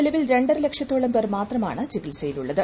നിലവിൽ രണ്ടര ലക്ഷത്തോളം പേർ മാത്രമാണ് ചികിത്സയിലുള്ളത്